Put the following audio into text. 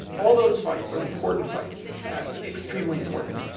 all those fights are important fights extremely important.